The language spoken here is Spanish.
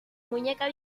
muñeca